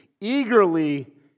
eagerly